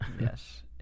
Yes